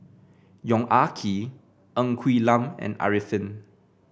Yong Ah Kee Ng Quee Lam and Arifin